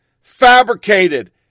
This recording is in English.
Fabricated